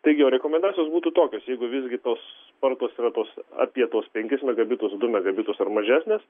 taigi o rekomendacijos būtų tokios jeigu visgi tos spartos yra tos apie tuos penkis megabitus du megabitus ar mažesnės